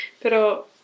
Pero